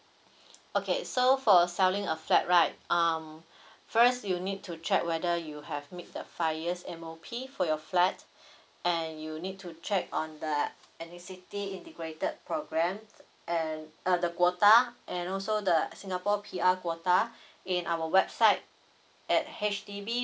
okay so for selling a flat right um first you need to check whether you have meet the five years M_O_P for your flat and you need to check on the ethnicity integrated program and uh the quota and also the singapore P_R quota in our website at H_D_B